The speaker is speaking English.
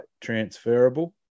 transferable